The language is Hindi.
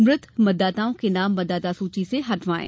मृत मतदाताओं के नाम मतदाता सूची से हटवाएं